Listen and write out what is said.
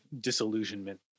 disillusionment